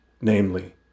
namely